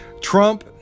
Trump